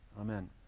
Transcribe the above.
Amen